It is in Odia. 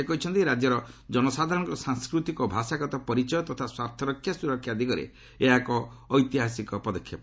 ସେ କହିଛନ୍ତି ରାଜ୍ୟର ଜନସାଧାରଣଙ୍କ ସାଂସ୍କୃତିକ ଓ ଭାଷାଗତ ପରିଚୟ ତଥା ସ୍ୱାର୍ଥର ସୁରକ୍ଷା ଦିଗରେ ଏହା ଏକ ଐତିହାସିକ ପଦକ୍ଷେପ